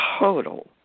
total